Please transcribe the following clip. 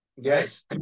yes